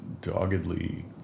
doggedly